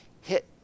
hit